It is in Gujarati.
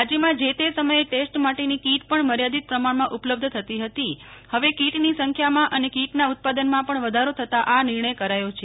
રાજ્યમાં જે તે સમયે ટેસ્ટ માટેની કિટ પણ મર્યાદિત પ્રમાણમાં ઉપલબ્ધ થતી હતી આજે હવે કીટની સંખ્યામાં અને કિટના ઉત્પાદનમાં પણ વધારો થતાં આ નિર્ણય કરાયો છે